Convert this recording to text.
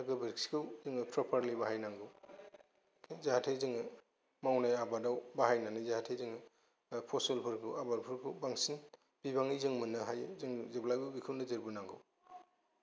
दा गोबोरखिखौ जोङो प्रपारलि बाहायनांगौ जाहाथे जोङो मावनाय आबादआव बाहायनानै जाहाथे जोङो पसलफोरखौ आबादफोरखौ बांसिन बिबांनि जों मोन्नो हायो जों जेब्लायबो बेखौ नोजोर बोनांगौ